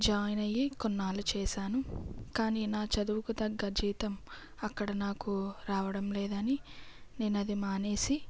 join అయ్యి కొన్నాళ్ళు చేసాను కానీ నా చదువుకు దగ్గర జీతం అక్కడ నాకు రావడం లేదని నేను అది మానేసి